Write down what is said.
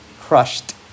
crushed